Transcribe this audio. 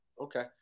Okay